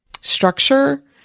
structure